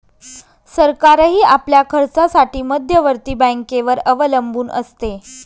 सरकारही आपल्या खर्चासाठी मध्यवर्ती बँकेवर अवलंबून असते